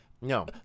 No